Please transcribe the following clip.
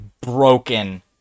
broken